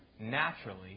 naturally